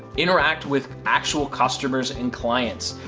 interact with actual customers and clients,